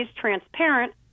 transparent